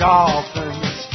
Dolphins